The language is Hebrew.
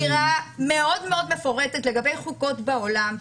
-- סקירה מאוד מאוד מפורטת לגבי חוקות בעולם,